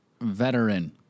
veteran